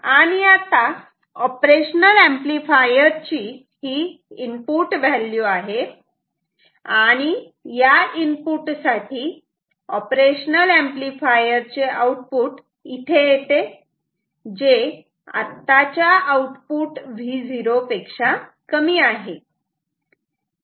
आणि आता operational amplifier ची ही इनपुट व्हॅल्यू आहे आणि या इनपुट साठी ऑपरेशनल ऍम्प्लिफायर चे आउटपुट इथे येते जे आत्ताच्या आउटपुट Vo पेक्षा कमी आहे